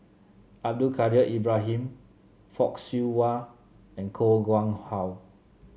Abdul Kadir Ibrahim Fock Siew Wah and Koh Nguang How